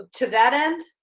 to that end,